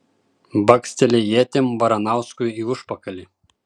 baksteli ietim baranauskui į užpakalį